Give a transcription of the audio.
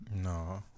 No